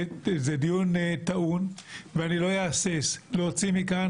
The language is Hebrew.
זה דיון טעון ואני לא אהסס להוציא מכאן